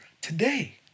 today